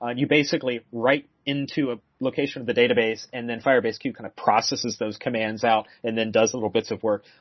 ah you basically write into a location of the database and then firebase q kind of processes those commands out and then does little bits of work.